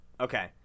Okay